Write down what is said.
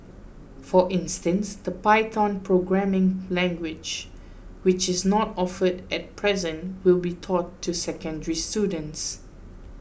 for instance the Python programming language which is not offered at present will be taught to secondary students